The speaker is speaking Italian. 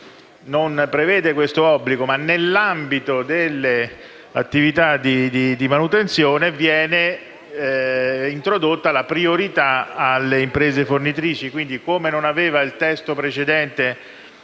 non prevedeva questo obbligo, ma, nell'ambito delle attività di manutenzione, introduceva e introduce la priorità per le imprese fornitrici.